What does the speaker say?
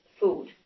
food